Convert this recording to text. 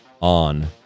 on